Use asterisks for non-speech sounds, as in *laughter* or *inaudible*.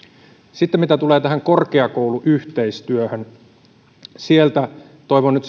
sitten mitä tulee tähän korkeakouluyhteistyöhön sieltä toivon nyt *unintelligible*